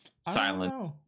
Silence